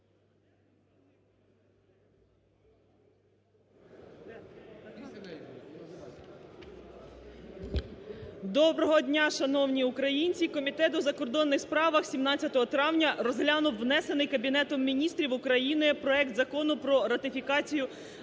Доброго дня, шановні українці! Комітет у закордонних справах 17 травня розглянув внесений Кабінетом Міністрів України проект Закону ратифікацію